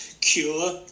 cure